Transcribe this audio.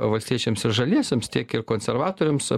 valstiečiams ir žaliesiems tiek ir konservatoriams